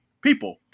people